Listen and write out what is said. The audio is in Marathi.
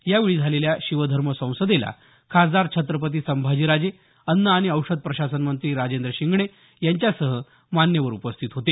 यावेळी झालेल्या शिवधर्म संसदेला खासदार छत्रपती संभाजीराजे अन्न आणि औषध प्रशासन मंत्री राजेंद्र शिंगणे यांच्यासह मान्यवर उपस्थित होते